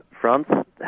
France